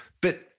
But-